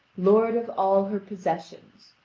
lord of all her possessions,